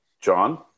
John